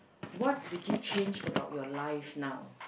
what would you change about your life now